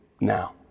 now